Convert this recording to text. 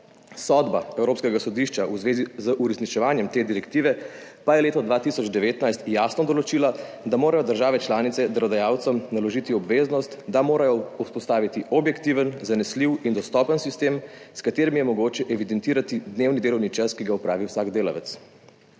Sodba Evropskega sodišča v zvezi z uresničevanjem te direktive pa je leta 2019 jasno določila, da morajo države članice delodajalcem naložiti obveznost, da morajo vzpostaviti objektiven, zanesljiv in dostopen sistem, s katerim je mogoče evidentirati dnevni delovni čas, ki ga opravi vsak delavec.